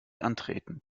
antreten